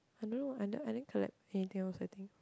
I don't know I I didn't collect anything else I think